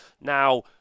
Now